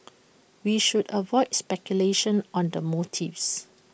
we should avoid speculation on the motives